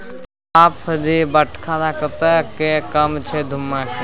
बाप रे बटखरा कतेक कम छै धुम्माके